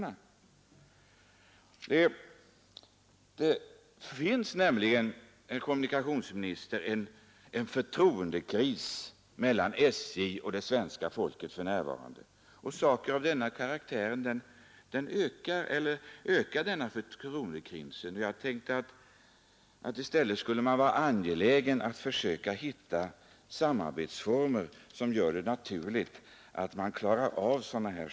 Det finns nämligen, herr kommunikationsminister, en förtroendekris mellan SJ och svenska folket för närvarande, och händelser av denna karaktär förvärrar denna kris. I stället skulle det vara angeläget att försöka finna samarbetsformer, som gör att sådana händelser naturligt klaras upp.